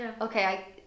okay